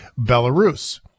Belarus